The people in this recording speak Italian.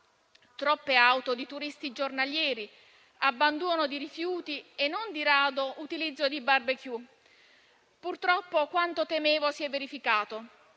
troppe auto di turisti giornalieri, abbandono di rifiuti e non di rado utilizzo di barbecue. Purtroppo, quanto temevo si è verificato: